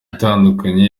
itandukanye